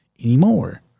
Anymore